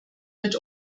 mit